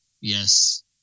Yes